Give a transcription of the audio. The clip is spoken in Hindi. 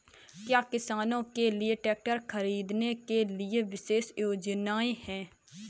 क्या किसानों के लिए ट्रैक्टर खरीदने के लिए विशेष योजनाएं हैं?